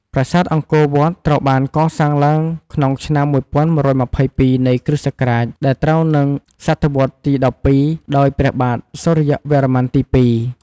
ប្រាសាទអង្គរវត្តត្រូវបានកសាងឡើងក្នុងឆ្នាំ ១១២២ នៃគ. សករាជ ដែលត្រូវនិង ស. វទី១២ ដោយព្រះបាទសូរ្យវរ្ម័នទី ២ ។